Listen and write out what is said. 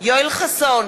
יואל חסון,